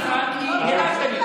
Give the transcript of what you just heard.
דקה אולי.